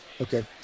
Okay